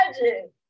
imagine